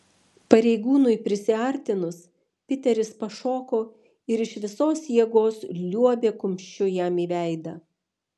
pareigūnui prisiartinus piteris pašoko ir iš visos jėgos liuobė kumščiu jam į veidą